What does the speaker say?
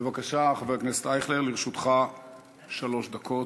בבקשה, חבר הכנסת אייכלר, לרשותך שלוש דקות.